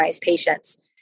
patients